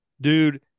Dude